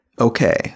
okay